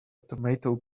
tomato